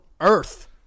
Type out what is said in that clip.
Earth